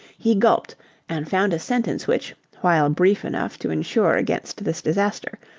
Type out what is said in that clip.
he gulped and found a sentence which, while brief enough to insure against this disaster,